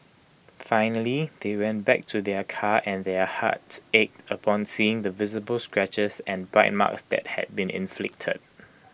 finally they went back to their car and their hearts ached upon seeing the visible scratches and bite marks that had been inflicted